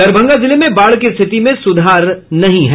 दरभंगा जिले में बाढ़ की स्थिति में सुधार नहीं है